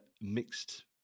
mixed